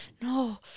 No